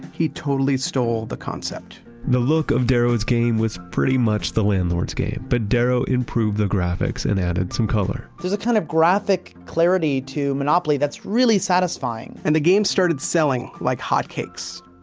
he totally stole the concept the look of the game was pretty much the landlord's game, but darrow improved the graphics and added some color. there's a kind of graphic clarity to monopoly that's really satisfying. and the game started selling like hotcakes.